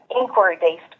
inquiry-based